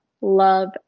love